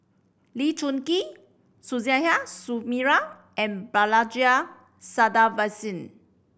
Lee Choon Kee Suzairhe Sumari and Balaji Sadasivan